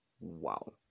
wow